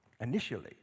initially